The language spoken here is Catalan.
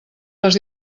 les